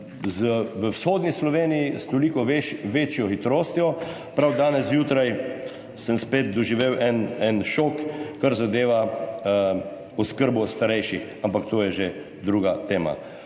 v vzhodni Sloveniji s toliko večjo hitrostjo. Prav danes zjutraj sem spet doživel en šok, kar zadeva oskrbo starejših, ampak to je že druga tema.